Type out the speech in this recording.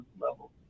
level